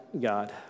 God